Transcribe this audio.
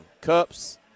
cups